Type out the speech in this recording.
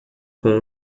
com